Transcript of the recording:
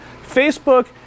Facebook